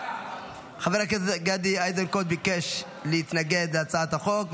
חבר הכנסת גדי איזנקוט ביקש להתנגד להצעת החוק.